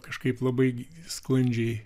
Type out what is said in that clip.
kažkaip labai sklandžiai